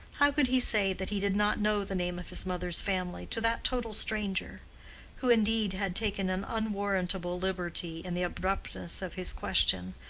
how could he say that he did not know the name of his mother's family to that total stranger who indeed had taken an unwarrantable liberty in the abruptness of his question,